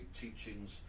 teachings